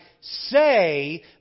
say